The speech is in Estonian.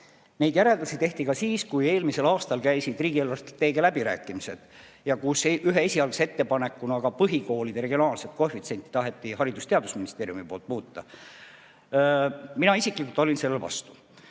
Neid järeldusi tehti ka siis, kui eelmisel aastal käisid riigi eelarvestrateegia läbirääkimised, kus ühe esialgse ettepanekuna ka põhikoolide regionaalset koefitsienti taheti Haridus‑ ja Teadusministeeriumi poolt muuta. Mina isiklikult olin sellele vastu